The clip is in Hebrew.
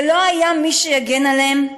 ולא היה מי שיגן עליהם,